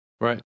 Right